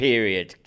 Period